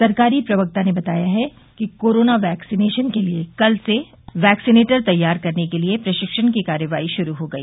सरकारी प्रवक्ता ने बताया है कि कोरोना वैक्सीनेशन के लिये कल से वैक्सीनेटर तैयार करने के लिये प्रशिक्षण की कार्रवाई शुरू हो गई